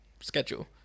schedule